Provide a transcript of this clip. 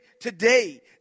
today